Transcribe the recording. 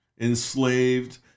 enslaved